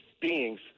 beings